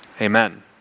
Amen